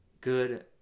Good